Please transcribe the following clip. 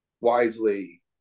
wisely